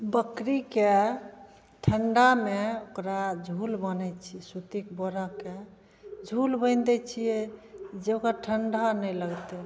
बकरीके ठण्डामे ओकरा झोल बान्है छिए सूतीके बोराके झोल बान्हि दै छिए जे ओकरा ठण्डा नहि लगतै